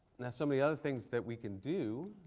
now some of the other things that we can do